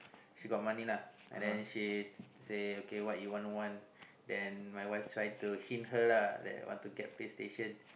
she got money uh and then she say okay what you want one then my wife try to hint her lah try to get PlayStation